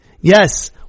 Yes